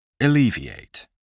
Alleviate